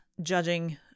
judging